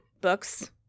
books